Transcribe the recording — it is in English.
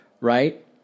right